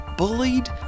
bullied